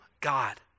God